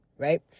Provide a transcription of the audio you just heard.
right